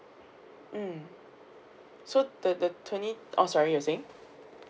mm so the the twenty oh sorry you're saying